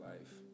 Life